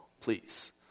Please